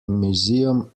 museum